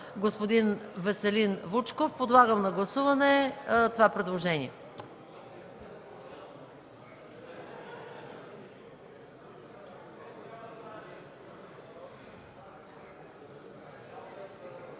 господин Веселин Вучков. Подлагам на гласуване това предложение.